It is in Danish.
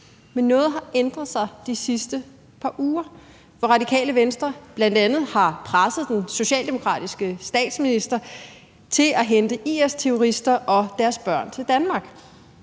men noget har ændret sig de sidste par uger, hvor Radikale Venstre bl.a. har presset den socialdemokratiske statsminister til at hente IS-terrorister og deres børn til Danmark.